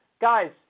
guys